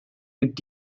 mit